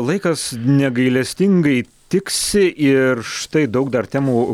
laikas negailestingai tiksi ir štai daug dar temų